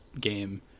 game